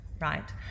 Right